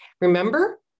Remember